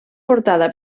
portada